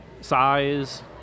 size